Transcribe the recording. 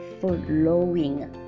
flowing